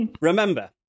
Remember